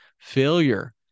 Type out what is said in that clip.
failure